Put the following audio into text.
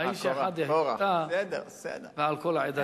"האיש אחד יחטא ועל כל העדה תקצֹף".